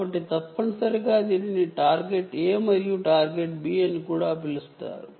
కాబట్టి తప్పనిసరిగా దీనిని టార్గెట్ A మరియు టార్గెట్ B అని కూడా పిలుస్తారు